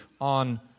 on